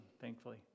thankfully